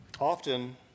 Often